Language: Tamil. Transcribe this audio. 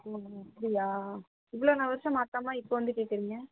ஓ ஓ அப்படியா இவ்வளோ வருஷம் மாத்தாமல் இப்போ வந்து கேக்கிறீங்க